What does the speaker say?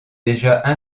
déjà